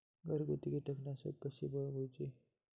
घरगुती कीटकनाशका कशी बनवूची?